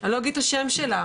אני לא אגיד את השם שלה.